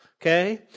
Okay